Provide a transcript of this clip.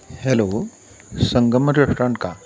hello Sangam restaurant का